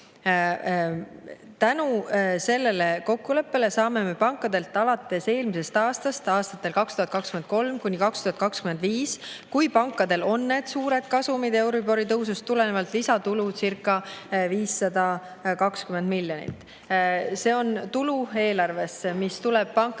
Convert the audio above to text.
tänu sellele kokkuleppele saame me pankadelt alates eelmisest aastast, aastatel 2023–2025, kui pankadel on suured kasumid euribori tõusust tulenevalt, lisatulucirca520 miljonit. See on tulu eelarvesse, see tuleb pankadelt